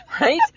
right